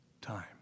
time